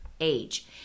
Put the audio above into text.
age